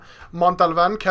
Montalvan